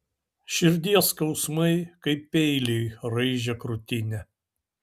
širdies skausmai kaip peiliai raižė krūtinę